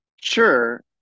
Sure